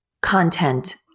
content